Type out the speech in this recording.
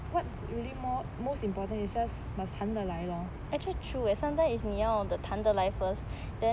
what what's really more most important is just must 谈得来 lor